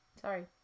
Sorry